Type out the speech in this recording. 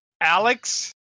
Alex